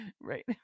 Right